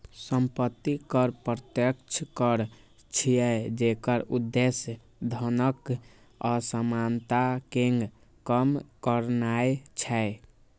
संपत्ति कर प्रत्यक्ष कर छियै, जेकर उद्देश्य धनक असमानता कें कम करनाय छै